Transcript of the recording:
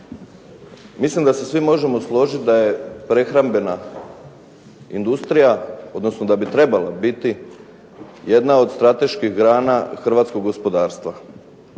Mislim da se svi možemo složiti da je prehrambena industrija, odnosno da bi trebala biti jedna od strateških grana hrvatskog gospodarstva.